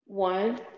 One